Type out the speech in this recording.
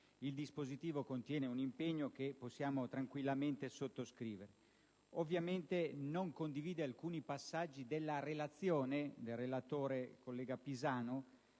il dispositivo, il quale contiene un impegno che possiamo tranquillamente sottoscrivere. Non condivide alcuni passaggi della relazione del relatore, collega Pisanu,